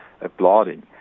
applauding